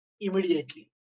immediately